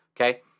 Okay